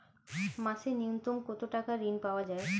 মাসে নূন্যতম কত টাকা ঋণ পাওয়া য়ায়?